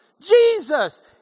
Jesus